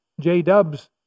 J-Dubs